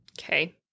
Okay